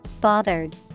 Bothered